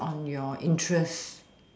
based on your interest